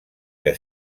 que